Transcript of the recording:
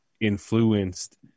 influenced